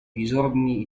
disordini